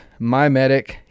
MyMedic